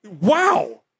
wow